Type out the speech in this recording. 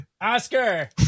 Oscar